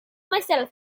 myself